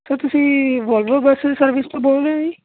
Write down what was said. sir ਤੁਸੀਂ Volvo bus service ਤੋਂ ਬੋਲ ਰਹੇ ਹੋ ਜੀ